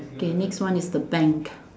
okay next one is the bank